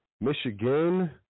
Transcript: Michigan